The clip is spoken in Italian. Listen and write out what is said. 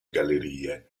gallerie